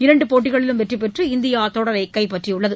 இரண்டுபோட்டிகளிலும் வெற்றிபெற்று இந்தியாதொடரைகைப்பற்றியுள்ளது